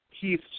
Keith